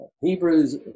Hebrews